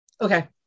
Okay